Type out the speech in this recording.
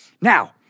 Now